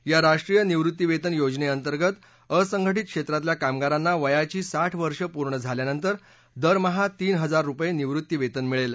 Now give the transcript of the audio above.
या राष्ट्रीय निवृत्तिवेतन योजनेअंतर्गत असंघटित क्षेत्रातल्या कामगारांना वयाची साठ वषें पूर्ण झाल्यानंतर दरमहा तीन हजार रुपये निवृत्तिवेतन मिळेल